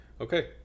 Okay